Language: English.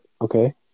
Okay